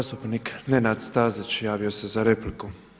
Zastupnik Nenad Stazić javio se za repliku.